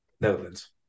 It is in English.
Netherlands